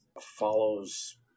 follows